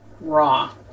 RAW